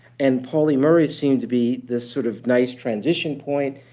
and pauli murray seemed to be this sort of nice transition point.